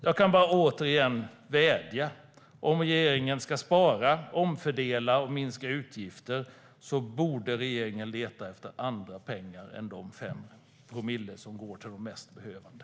Jag kan bara återigen vädja: Om regeringen ska spara, omfördela och minska utgifter borde regeringen leta efter andra pengar än de 5 promille som går till de mest behövande.